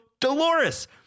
Dolores